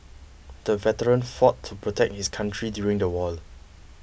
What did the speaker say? the veteran fought to protect his country during the war